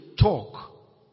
talk